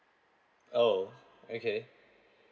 oh okay